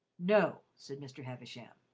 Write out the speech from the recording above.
no, said mr. havisham.